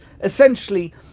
essentially